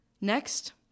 Next